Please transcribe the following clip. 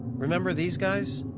remember these guys?